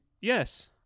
Yes